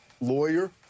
lawyer